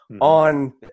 on